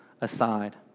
aside